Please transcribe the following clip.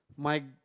my